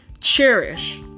cherish